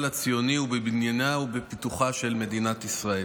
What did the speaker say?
הציוני ובבניינה ובפיתוחה של מדינת ישראל.